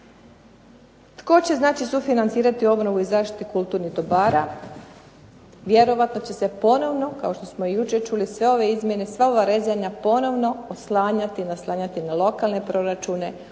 Tko će znači sufinancirati obnovu i zaštitu kulturnih dobara? Vjerojatno će se ponovno, kao što smo i jučer čuli, sve ove izmjene, sva ova rezanja ponovno oslanjati, naslanjati na lokalne proračune,